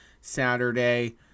Saturday